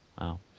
wow